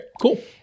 cool